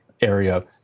area